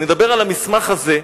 אני מדבר על המסמך הזה,